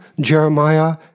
Jeremiah